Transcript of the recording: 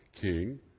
king